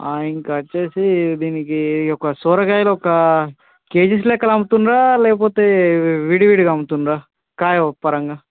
ఇంకా వచ్చి దీనికి ఈ యొక్క సొరకాయలు ఒక కేజీస్ లెక్క అమ్ముతుర్రా లేకపోతే విడివిడిగా అమ్ముతురా కాయ పరంగా